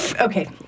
Okay